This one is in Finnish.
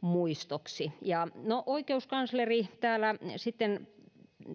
muistoksi oikeuskansleri täällä sitten